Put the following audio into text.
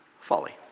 folly